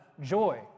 joy